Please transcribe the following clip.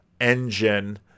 engine